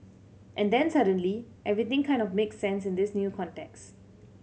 and then suddenly everything kind of makes sense in this new context